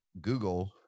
google